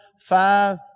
five